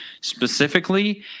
specifically